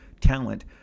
talent